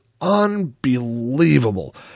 unbelievable